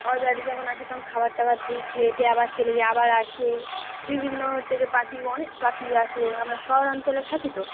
আমাদের বাড়ি যখন আসে তখন খাবার টাবার দিই খেয়ে টেয়ে আবার চলে যায় আবার আসে বিভিন্ন হচ্ছে কি পাখি অনেক পাখি আসে আমরা শহরাঞ্চলে থাকি তো